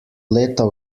leta